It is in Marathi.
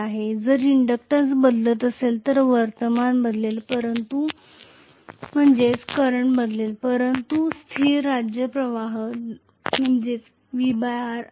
जर इंडक्टन्स बदलत असेल तर वर्तमान बदलेल परंतु स्थिर प्रवाह असेल